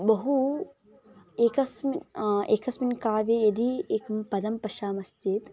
बहू एकस्मिन् आकस्मिन् काव्ये यदी एकं पदं पश्यामश्चेत्